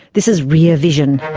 this is rear vision.